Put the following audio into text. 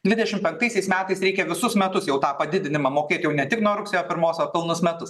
dvidešimt penktaisiais metais reikia visus metus jau tą padidinimą mokėti jau ne tik nuo rugsėjo pirmos ar pilnus metus